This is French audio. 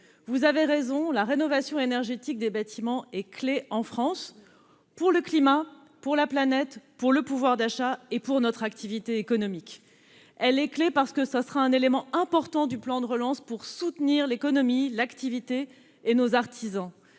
Vous avez raison, la rénovation énergétique des bâtiments est clé en France, pour le climat, pour la planète, pour le pouvoir d'achat et pour notre activité économique. En effet, elle constituera un élément important du plan de relance pour soutenir l'économie, l'activité et nos artisans.